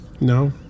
No